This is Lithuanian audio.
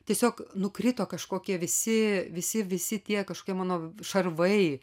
tiesiog nukrito kažkokie visi visi visi tie kažkokie mano šarvai